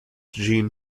jean